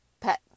pet